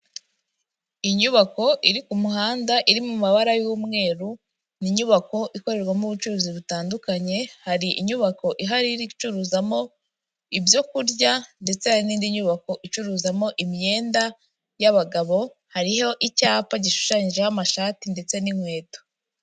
Inyubako iri ku muhanda iri mu mabara y'umweru ni inyubako ikorerwamo ubucuruzi butandukanye, hari inyubako ihari iri igucururizwamo ibyo kurya ndetse n'indi nyubako icuruzamo imyenda y'abagabo, hariho icyapa gishushanyijeho amashati ndetse n'inkweto.